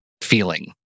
feeling